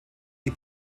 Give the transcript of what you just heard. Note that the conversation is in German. die